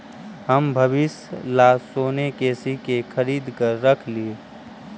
हम भविष्य ला सोने के सिक्के खरीद कर रख लिए